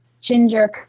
ginger